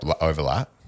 Overlap